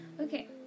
Okay